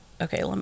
Okay